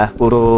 puro